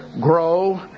grow